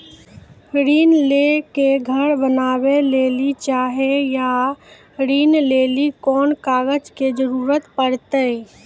ऋण ले के घर बनावे लेली चाहे या ऋण लेली कोन कागज के जरूरी परतै?